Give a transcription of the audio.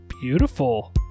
beautiful